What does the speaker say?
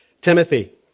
Timothy